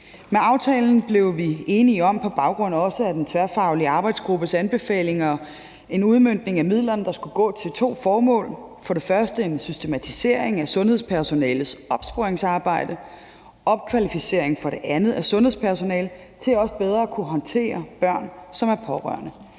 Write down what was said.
Med aftalen blev vi på baggrund af den tværfaglige arbejdsgruppes anbefalinger enige om en udmøntning af midlerne, der skal gå til to formål. For det første en systematisering af sundhedspersonalets opsporingsarbejde, og for det andet opkvalificering af sundhedspersonalet til bedre at kunne håndtere børn, som er pårørende.